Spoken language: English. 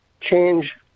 change